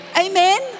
Amen